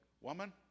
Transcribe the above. woman